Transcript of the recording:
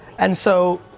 and so,